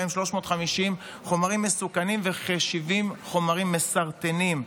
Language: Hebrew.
ובהם 350 חומרים מסוכנים וכ-70 חומרים מסרטנים.